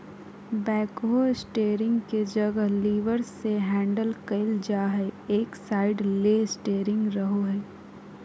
backhoe steering के जगह levers से हैंडल कइल जा हइ, एक साइड ले स्टेयरिंग रहो हइ